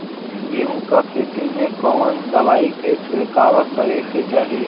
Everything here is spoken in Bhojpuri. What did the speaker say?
गेहूँ के खेत मे कवने दवाई क छिड़काव करे के चाही?